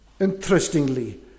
interestingly